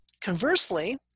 conversely